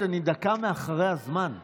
דקה אחרי הזמן.